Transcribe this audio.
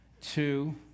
two